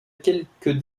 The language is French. quelque